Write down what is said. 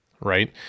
right